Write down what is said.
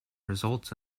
results